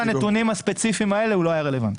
לנתונים הספציפיים האלה הוא לא היה רלוונטי.